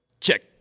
Check